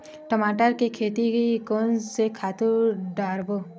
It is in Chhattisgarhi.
टमाटर के खेती कोन से खातु डारबो?